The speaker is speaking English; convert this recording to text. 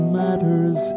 matters